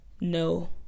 No